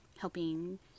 helping